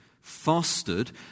fostered